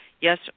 yes